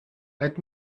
let